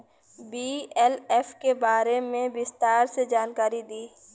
BLF के बारे में विस्तार से जानकारी दी?